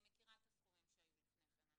אני מכירה את הסכומים שהיו לפני כן,